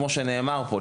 כמו שנאמר פה,